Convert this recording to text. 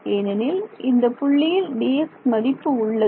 ஏனெனில் இந்த புள்ளியில் Dx மதிப்பு உள்ளது